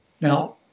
Now